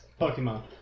Pokemon